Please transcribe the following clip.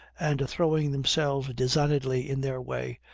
and throwing themselves designedly in their way,